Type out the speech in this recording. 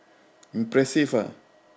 impressive ah